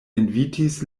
invitis